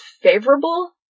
favorable